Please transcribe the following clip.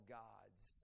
gods